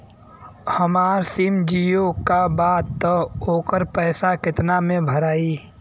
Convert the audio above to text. हमार सिम जीओ का बा त ओकर पैसा कितना मे भराई?